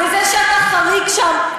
וזה שאתה חריג שם,